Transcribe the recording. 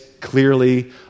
clearly